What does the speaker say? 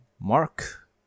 Mark